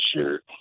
shirt